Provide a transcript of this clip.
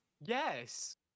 Yes